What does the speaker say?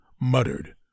muttered